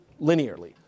linearly